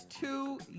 Two